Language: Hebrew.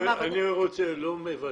אני לא מוותר.